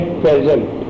present